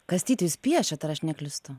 kastyti jūs piešiat ar aš neklystu